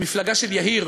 המפלגה של יהיר,